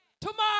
tomorrow